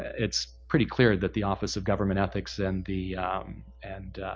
it's pretty clear that the office of government ethics and the and